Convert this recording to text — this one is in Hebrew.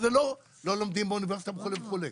לא לומדים באוניברסיטה וכו' וכו',